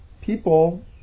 people